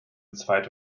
zweit